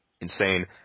insane